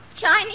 Chinese